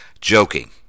joking